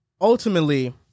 Ultimately